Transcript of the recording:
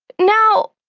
now,